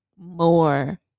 more